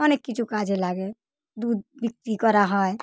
অনেক কিছু কাজে লাগে দুধ বিক্রি করা হয়